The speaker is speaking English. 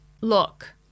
Look